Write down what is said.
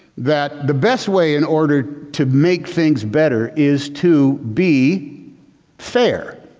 that the best way in order to make things better is to be fair.